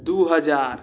दुइ हजार